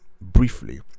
briefly